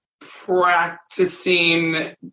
practicing